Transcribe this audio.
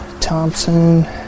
Thompson